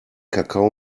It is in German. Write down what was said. kakao